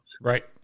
Right